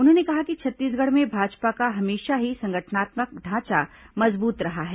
उन्होंने कहा कि छत्तीसगढ़ में भाजपा का हमेशा ही संगठनात्मक ढांचा मजबूत रहा है